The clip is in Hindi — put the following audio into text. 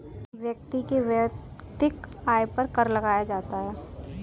व्यक्ति के वैयक्तिक आय पर कर लगाया जाता है